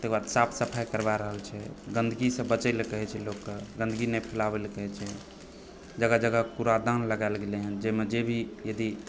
तहि दुआरे साफ सफाई करवा रहल छै गन्दगीसे बचय लऽ कहै छै लोककेँ गन्दगी नहि फैलावै लऽ कहै छै जगह जगह कूड़ादान लगाओल गेलय हन जेमे जेभी यदि